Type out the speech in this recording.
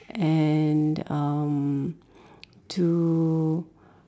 and um to